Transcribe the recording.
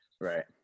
Right